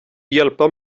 hjälpa